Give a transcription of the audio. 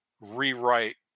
rewrite